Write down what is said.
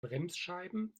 bremsscheiben